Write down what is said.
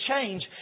change